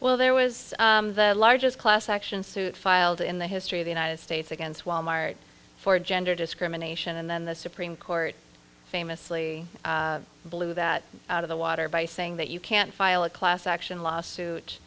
well there was the largest class action suit filed in the history of the united states against wal mart for gender discrimination and then the supreme court famously blew that out of the water by saying that you can't file a class action lawsuit